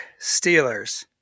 Steelers